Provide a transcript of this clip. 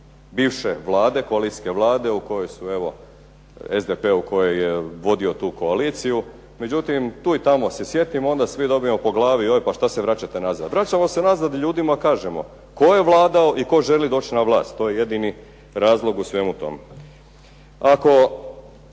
bivše Vlade, koalicijske Vlade u kojoj su evo, SDP u kojoj je vodio tu koaliciju. Međutim, tu i tamo se sjetimo onda svi dobijemo po glavi joj pa šta se vraćate nazad. Vraćamo se nazad da ljudima kažemo tko je vladao i tko želi doći na vlast. To je jedini razlog u svemu tome.